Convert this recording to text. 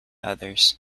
others